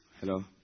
Hello